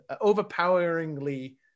overpoweringly